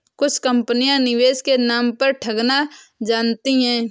कुछ कंपनियां निवेश के नाम पर ठगना जानती हैं